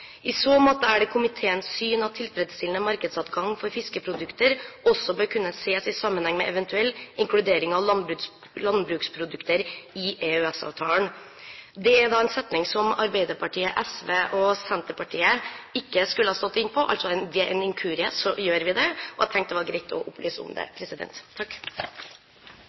«I så måte er det komiteens syn at tilfredsstillende markedsadgang for fiskeprodukter også bør kunne ses i sammenheng med eventuell inkludering av landbruksprodukter i EØS-avtalen.» Det er en setning som Arbeiderpartiet, SV og Senterpartiet ikke skulle ha vært med på, men ved en inkurie er vi det, og jeg tenkte at det var greit å opplyse om det.